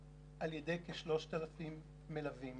אני רק רוצה להזכיר פה לוועדה שעד לפני שלוש שנים השכר של כל המלווים